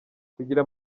kugira